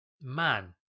Man